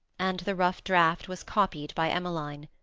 and the rough draft was copied by emmeline.